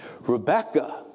Rebecca